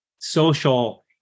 social